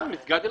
מסגד אל-אקצא.